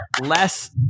less